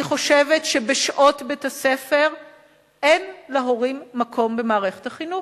אני חושבת שבשעות בית-הספר אין להורים מקום במערכת החינוך.